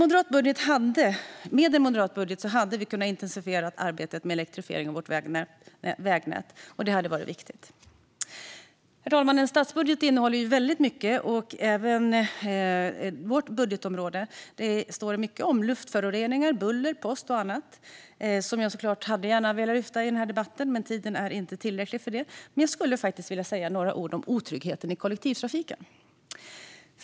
Med en moderat budget hade vi kunnat intensifiera arbetet med elektrifiering av vårt vägnät, och det hade varit viktigt. Herr talman! En statsbudget innehåller mycket. Det gäller även vårt budgetområde. Det står mycket om luftföroreningar, buller, post och annat, som jag såklart gärna hade lyft upp i denna debatt, men tiden räcker inte till för det. Men jag vill säga några ord om otryggheten i kollektivtrafiken.